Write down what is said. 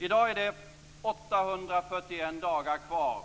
I dag är det 841 dagar kvar